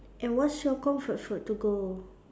and what's your comfort food to go